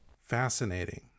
Fascinating